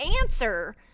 answer